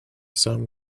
some